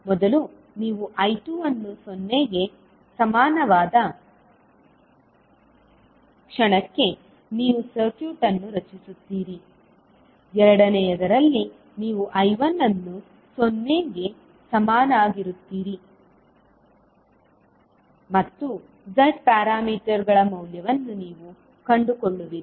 ಮೊದಲು ನೀವು I2 ಅನ್ನು 0 ಕ್ಕೆ ಸಮನಾದಾಗ ನೀವು ಸರ್ಕ್ಯೂಟ್ ಅನ್ನು ರಚಿಸುತ್ತೀರಿ ಎರಡನೆಯದರಲ್ಲಿ ನೀವು I1 ಅನ್ನು 0 ಕ್ಕೆ ಸಮನಾಗಿರುತ್ತೀರಿ ಮತ್ತು Z ಪ್ಯಾರಾಮೀಟರ್ಗಳ ಮೌಲ್ಯವನ್ನು ನೀವು ಕಂಡುಕೊಳ್ಳುವಿರಿ